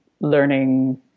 learning